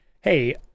Hey